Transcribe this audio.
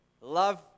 love